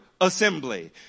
assembly